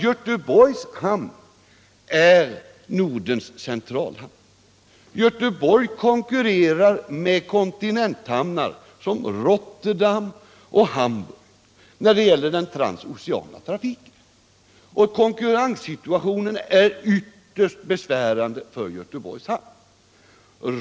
Göteborgs hamn är ju Nordens centralhamn. Göteborgs hamn konkurrerar med kontinenthamnar som Rotterdam och Hamburg när det gäller den transoceana trafiken, och konkurrenssituationen är ytterst besvärande.